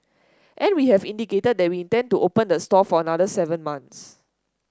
and we have indicated that we intend to open the store for another seven months